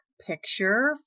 Picture